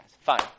Fine